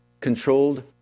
Controlled